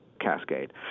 cascade